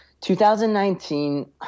2019